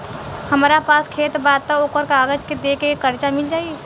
हमरा पास खेत बा त ओकर कागज दे के कर्जा मिल जाई?